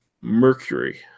mercury